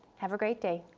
have a great day.